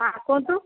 ହଁ କୁହନ୍ତୁ